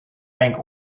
rank